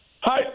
Hi